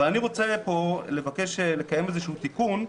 אבל אני רוצה פה לבקש לקיים איזשהו תיקון,